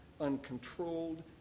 uncontrolled